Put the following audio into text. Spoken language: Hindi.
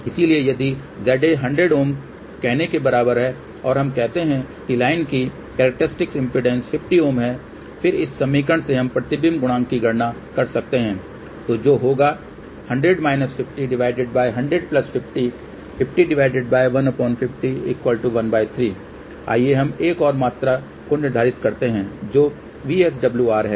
इसलिए यदि ZA 100 Ω कहने के बराबर है और हम कहते हैं कि लाइन की कॅरक्टेरस्टिक्स इम्पीडेन्स 50 Ω है फिर इस समीकरण से हम प्रतिबिंब गुणांक की गणना कर सकते हैं तो जो होगा आइए हम एक और मात्रा को निर्धारित करते हैं जो VSWR है